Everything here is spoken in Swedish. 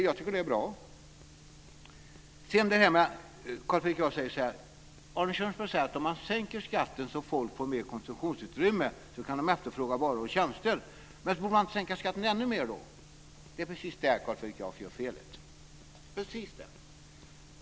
Jag tycker att det är bra. Carl Fredrik Graf säger så här: Arne Kjörnsberg säger att om man sänker skatten så att folk får mer konsumtionsutrymme, så kan de efterfråga varor och tjänster. Borde man då inte sänka skatten ännu mer? Det är precis där Carl Fredrik Graf gör felet.